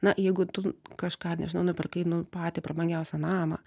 na jeigu tu kažką nežinau nupirkai nu patį prabangiausią namą